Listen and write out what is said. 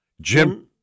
Jim